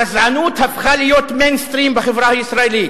הגזענות הפכה להיות "מיינסטרים" בחברה הישראלית.